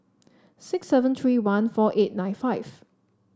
six seven three one four eight nine five